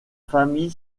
famille